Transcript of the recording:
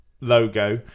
logo